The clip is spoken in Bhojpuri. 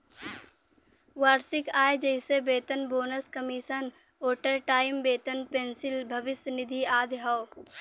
वार्षिक आय जइसे वेतन, बोनस, कमीशन, ओवरटाइम वेतन, पेंशन, भविष्य निधि आदि हौ